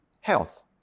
health